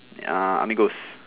uh amigos